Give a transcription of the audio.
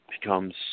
becomes